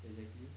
exactly